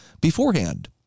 beforehand